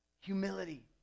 Humility